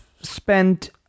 spent